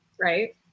right